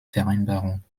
vereinbarung